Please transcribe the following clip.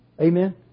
Amen